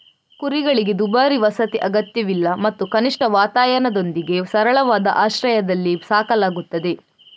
ಕುರಿಗಳಿಗೆ ದುಬಾರಿ ವಸತಿ ಅಗತ್ಯವಿಲ್ಲ ಮತ್ತು ಕನಿಷ್ಠ ವಾತಾಯನದೊಂದಿಗೆ ಸರಳವಾದ ಆಶ್ರಯದಲ್ಲಿ ಸಾಕಲಾಗುತ್ತದೆ